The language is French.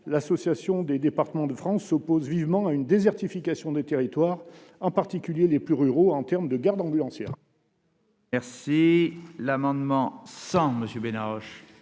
l'Assemblée des départements de France s'oppose vivement à une désertification des territoires, en particulier les plus ruraux, en termes de garde ambulancière.